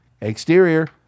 exterior